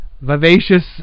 vivacious